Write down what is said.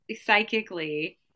psychically